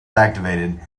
activated